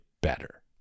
better